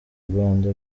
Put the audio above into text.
rwanda